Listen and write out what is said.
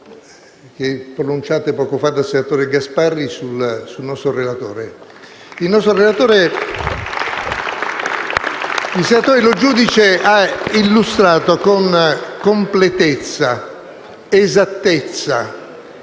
Il senatore Lo Giudice ha illustrato con completezza, esattezza